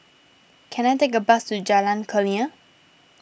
can I take a bus to Jalan Kurnia